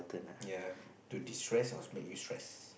ya to destress or make you stress